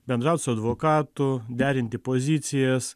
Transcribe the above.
bendraut su advokatu derinti pozicijas